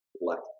left